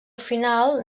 final